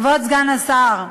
כבוד סגן השר,